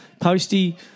Posty